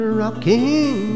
rocking